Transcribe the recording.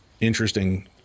interesting